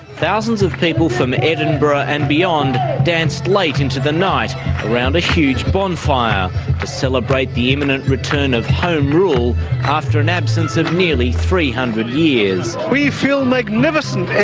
thousands of people from edinburgh and beyond danced late like into the night around a huge bonfire to celebrate the imminent return of home rule after an absence of nearly three hundred years. we feel magnificent!